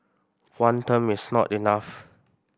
one term is not enough